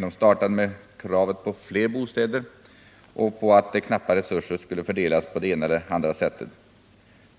man startade med kravet på flera bostäder och på att knappa resurser skulle fördelas på det ena eller det andra sättet.